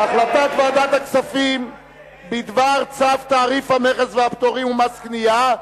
החלטת ועדת הכספים בדבר צו תעריף המכס והפטורים ומס קנייה.